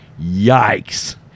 Yikes